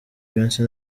beyonce